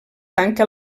tanca